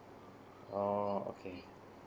oh okay